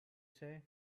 say